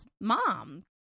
mom